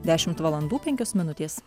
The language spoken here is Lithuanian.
dešimt valandų penkios minutės